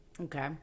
okay